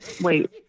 Wait